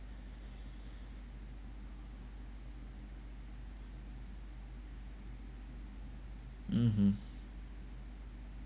mmhmm